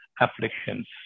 afflictions